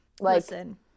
Listen